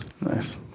Nice